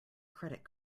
credit